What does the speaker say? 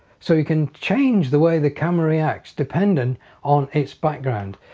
so you can change the way the camera reacts dependent on its background.